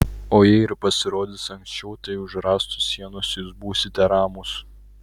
o jei ir pasirodys anksčiau tai už rąstų sienos jūs būsite ramūs